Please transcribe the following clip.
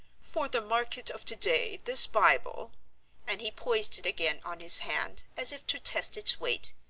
for the market of today this bible and he poised it again on his hand, as if to test its weight,